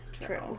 True